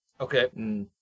Okay